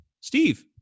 Steve